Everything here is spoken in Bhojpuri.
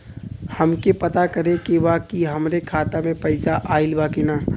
हमके पता करे के बा कि हमरे खाता में पैसा ऑइल बा कि ना?